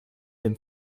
dem